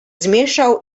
zmieszał